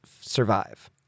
survive